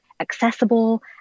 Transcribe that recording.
accessible